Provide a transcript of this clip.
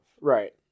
Right